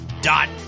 dot